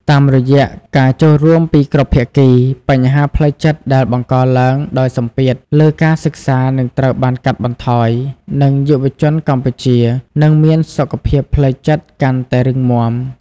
តាមរយៈការចូលរួមពីគ្រប់ភាគី បញ្ហាផ្លូវចិត្តដែលបង្កឡើងដោយសម្ពាធលើការសិក្សានឹងត្រូវបានកាត់បន្ថយ និងយុវជនកម្ពុជានឹងមានសុខភាពផ្លូវចិត្តកាន់តែរឹងមាំ។